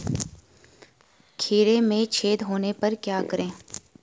खीरे में छेद होने पर क्या करें?